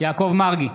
יעקב מרגי,